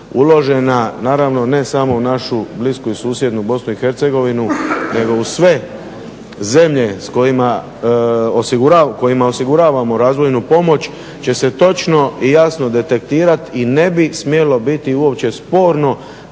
uložena, naravno ne samo u našu blisku i susjednu BiH nego u sve zemlje kojima osiguravamo razvojnu pomoć će se točno i jasno detektirat i ne bi smjelo biti uopće sporno